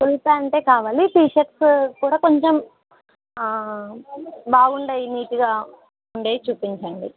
full ప్యాంటే కావాలి T shirts కూడా కొంచెం బాగున్నవి నీట్గా ఉండేవి చూపించండి